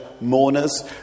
mourners